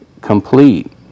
complete